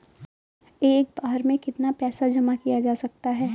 एक बार में कितना पैसा जमा किया जा सकता है?